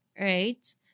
right